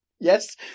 Yes